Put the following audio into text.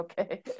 okay